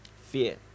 Fear